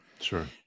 sure